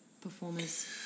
performers